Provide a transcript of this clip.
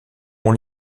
ont